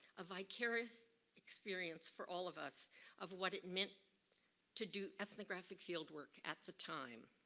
a vicarious experience for all of us of what it meant to do ethnographic field work at the time.